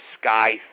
sky